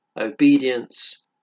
obedience